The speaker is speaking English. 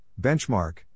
Benchmark